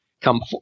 come